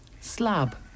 slab